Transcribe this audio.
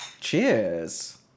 Cheers